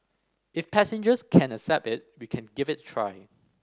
if passengers can accept it we can give it a try